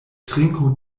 trinku